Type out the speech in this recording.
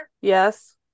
yes